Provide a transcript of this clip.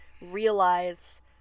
realize